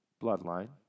bloodline